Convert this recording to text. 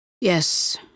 Yes